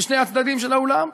משני הצדדים של האולם,